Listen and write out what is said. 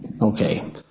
Okay